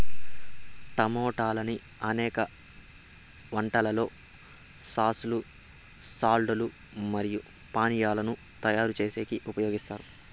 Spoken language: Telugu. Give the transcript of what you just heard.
టమోటాలను అనేక వంటలలో సాస్ లు, సాలడ్ లు మరియు పానీయాలను తయారు చేసేకి ఉపయోగిత్తారు